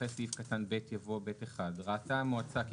אחרי סעיף קטן (ב) יבוא: (ב1) ראתה המועצה כי